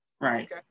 Right